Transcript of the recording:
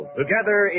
together